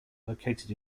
located